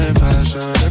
fashion